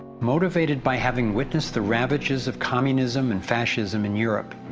motivated by having witnessed the ravages of communism and fascism in europe,